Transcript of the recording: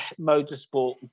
motorsport